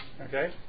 okay